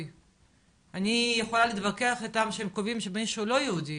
אני יכולה להתווכח איתך שהם קובעים שמישהו לא יהודי,